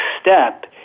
step